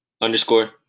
underscore